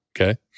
okay